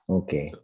okay